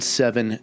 seven